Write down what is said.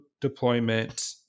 deployment